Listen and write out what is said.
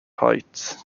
height